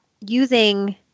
using